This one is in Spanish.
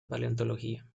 paleontología